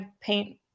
paint